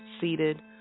seated